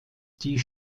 die